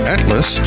Atlas